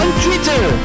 Twitter